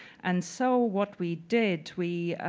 and so what we did, we